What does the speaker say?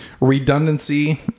redundancy